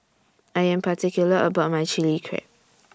I Am particular about My Chili Crab